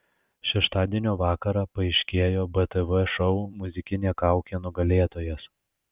šeštadienio vakarą paaiškėjo btv šou muzikinė kaukė nugalėtojas